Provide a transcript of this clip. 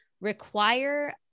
require